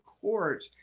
court